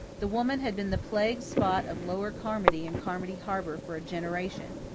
the woman had been the plague spot of lower carmody and carmody harbour for a generation.